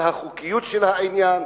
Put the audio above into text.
על החוקיות של העניין.